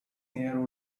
near